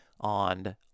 on